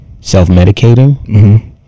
self-medicating